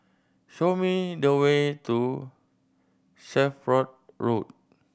show me the way to Shelford Road